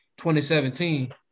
2017